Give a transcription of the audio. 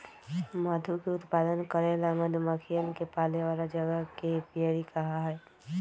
मधु के उत्पादन करे ला मधुमक्खियन के पाले वाला जगह के एपियरी कहा हई